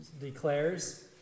declares